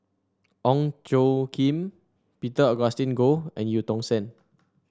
Ong Tjoe Kim Peter Augustine Goh and Eu Tong Sen